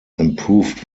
improved